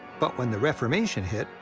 but when the reformation hit,